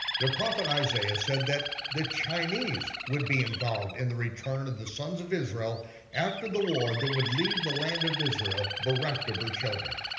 their prophet isaiah said that the chinese would be involved in the return of the sons of israel after the war that would leave the land of israel bereft of her children.